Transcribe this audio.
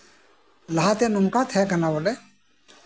ᱞᱟᱦᱟᱛᱮ ᱱᱚᱝᱠᱟ ᱛᱟᱸᱦᱮ ᱠᱟᱱᱟ ᱵᱚᱞᱮ